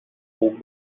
خوب